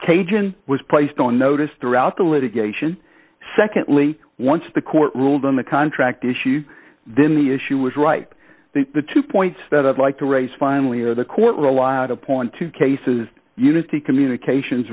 cajun was placed on notice throughout the litigation secondly once the court ruled on the contract issue then the issue was right the two points that i'd like to raise finally are the court relied upon two cases unity communications